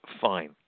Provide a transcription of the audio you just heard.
Fine